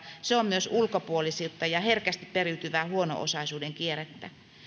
se on myös ulkopuolisuutta ja herkästi periytyvää huono osaisuuden kierrettä